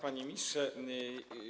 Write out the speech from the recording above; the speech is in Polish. Panie Ministrze!